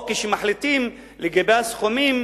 או כשמחליטים לגבי הסכומים